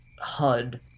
HUD